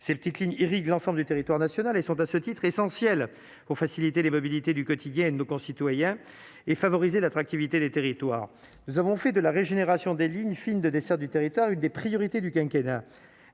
ces petites lignes irrigue l'ensemble du territoire national et sont à ce titre, essentiel pour faciliter les mobilités du quotidien et nos concitoyens et favoriser l'attractivité des territoires, nous avons fait de la régénération des lignes fines de desserte du territoire, une des priorités du quinquennat